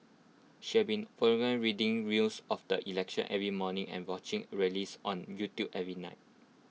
she had been reading rails of the election every morning and watching rallies on YouTube every night